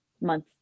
Month